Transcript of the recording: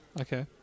Okay